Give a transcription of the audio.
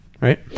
right